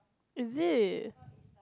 is it